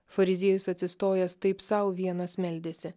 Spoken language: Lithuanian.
fariziejus atsistojęs taip sau vienas meldėsi